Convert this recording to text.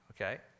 okay